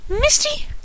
Misty